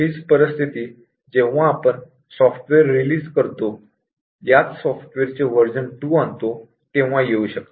हीच परिस्थिती जेव्हा आपण सॉफ्टवेअर रिलीझ करतो याच सॉफ्टवेअर चे व्हर्जन २ आणतो तेव्हा येऊ शकते